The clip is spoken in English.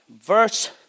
Verse